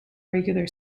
regular